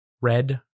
red